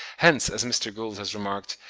hence, as mr. gould has remarked,